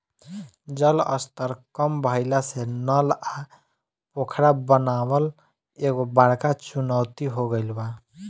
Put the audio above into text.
जल स्तर कम भइला से नल आ पोखरा बनावल एगो बड़का चुनौती हो गइल बा